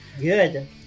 Good